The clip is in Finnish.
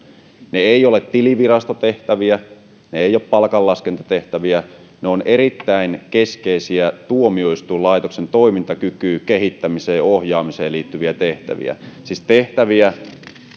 ne eivät ole tilivirastotehtäviä ne eivät ole palkanlaskentatehtäviä ne ovat erittäin keskeisiä tuomioistuinlaitoksen toimintakykyyn kehittämiseen ja ohjaamiseen liittyviä tehtäviä siis tehtäviä